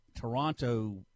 Toronto